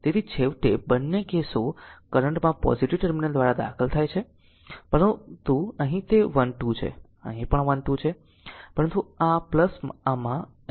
તેથી છેવટે બંને કેસો કરંટ માં પોઝીટીવ ટર્મિનલ દ્વારા દાખલ થાય છે પરંતુ અહીં તે 1 2 છે અહીં પણ 1 2 છે પરંતુ આ આમાં રહ્યું છે